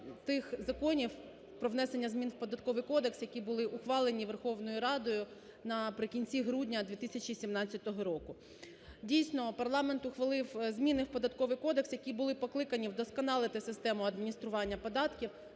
тих законів про внесення змін в Податковий кодекс, які були ухвалені Верховною Радою наприкінці грудня 2017 року. Дійсно, парламент ухвалив зміни в Податковий кодекс, які були покликані вдосконалити систему адміністрування податків,